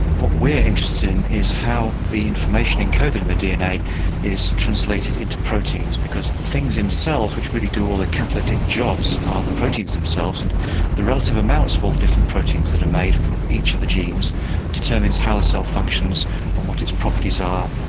what we're interested in is how the information encoded in the dna is translated into proteins. because the things in cells which really do all the catalytic jobs are the proteins themselves, and the relative amounts of all the different proteins that are made from each of the genes determines how the cell functions and what its properties are.